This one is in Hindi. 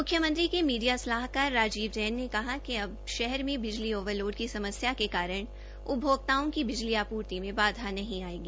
मुख्यमंत्री के मीडिया सलाहकार राजीव जैन ने कहा कि अब शहर में बिजली ओवरलोड की समस्या के कारण उपभोक्ताओं की बिजली आपूर्ति में बाधा नहीं आएगी